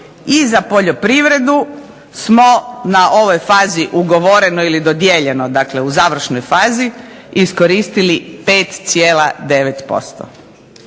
i za Poljoprivredu smo na ovoj fazi ugovoreno ili dodijeljeno, dakle u završnoj fazi, iskoristili 5,9%.